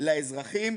לאזרחים.